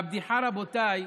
והבדיחה, רבותיי,